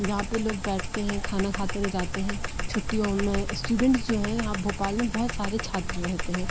जहाँ पर लोग बैठते हैं खाना खाते हुए जाते हैं छुट्टियों में इस्टूडेंट्स जो हैं यहाँ भोपाल में बहुत सारे छात्र रहते हैं